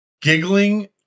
giggling